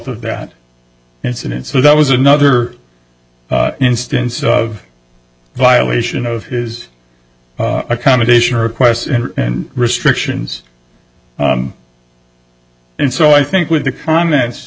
of that incident so that was another instance of violation of his accommodation requests and restrictions and so i think with the comments